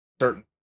certain